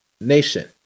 nation